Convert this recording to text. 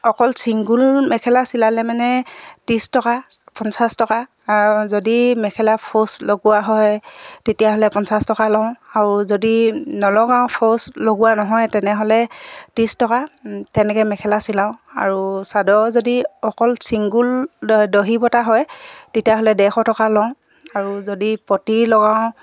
অকল চিংগুল মেখেলা চিলালে মানে ত্ৰিছ টকা পঞ্চাছ টকা যদি মেখেলা ফৌচ লগোৱা হয় তেতিয়াহ'লে পঞ্চাছ টকা লওঁ আৰু যদি নলগাওঁ ফৌচ লগোৱা নহয় তেনেহ'লে ত্ৰিছ টকা তেনেকৈ মেখেলা চিলাওঁ আৰু চাদৰ যদি অকল চিংগুল দহি বটা হয় তেতিয়াহ'লে ডেৰশ টকা লওঁ আৰু যদি পতি লগাওঁ